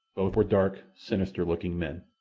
both were dark, sinister-looking men.